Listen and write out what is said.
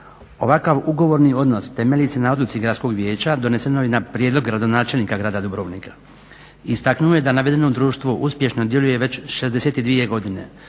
Ovakav ugovorni odnos temelji se na odluci Gradskog vijeća donesenoj na prijedlog gradonačelnika grada Dubrovnika. Istaknuo je da navedeno društvo uspješno djeluje već 62 godine.